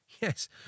Yes